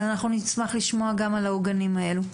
אנחנו נשמח לשמוע גם על העוגנים האלו.